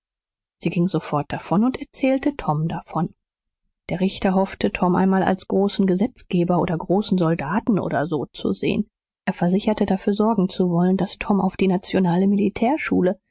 sie ging sofort davon und erzählte tom davon der richter hoffte tom einmal als großen gesetzgeber oder großen soldaten oder so zu sehen er versicherte dafür sorgen zu wollen daß tom auf die nationale militärschule